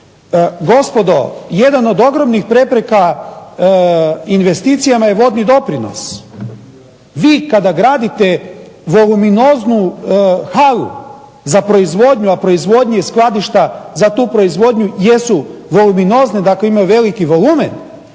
Gospodo, jedan od ogromnih prepreka investicija je vodni doprinos. Vi kada gradite voluminoznu halu za proizvodnju, a proizvodnju i skladišta za tu proizvodnju jesu voluminozne dakle imaju veliki volumen,